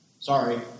Sorry